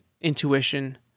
intuition